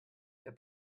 der